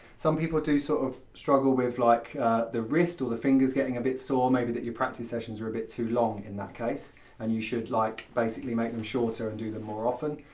some people do sort of struggle with like the wrists or the fingers getting a bit sore maybe that your practise sessions are a bit too long in that case and you should like basically make them shorter and do them more often.